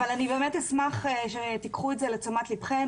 אבל אני באמת אשמח שתיקחו את זה לתשומת לבכם.